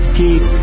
keep